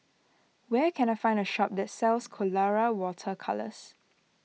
where can I find a shop that sells Colora Water Colours